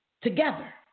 together